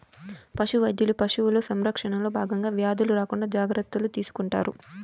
పశు వైద్యులు పశువుల సంరక్షణలో భాగంగా వ్యాధులు రాకుండా జాగ్రత్తలు తీసుకుంటారు